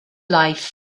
life